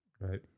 right